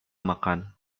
makan